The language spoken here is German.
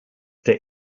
der